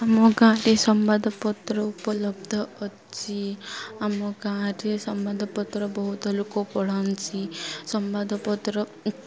ଆମ ଗାଁରେ ସମ୍ବାଦପତ୍ର ଉପଲବ୍ଧ ଅଛି ଆମ ଗାଁରେ ସମ୍ବାଦପତ୍ର ବହୁତ ଲୋକ ପଢ଼ନ୍ତି ସମ୍ବାଦପତ୍ର